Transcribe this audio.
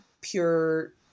pure